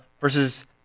versus